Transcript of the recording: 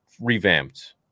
revamped